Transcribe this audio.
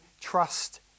trust